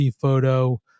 photo